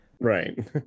Right